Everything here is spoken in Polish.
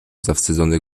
zawstydzony